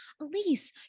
Elise